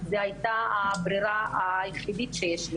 זו הייתה הברירה היחידה שהייתה לי,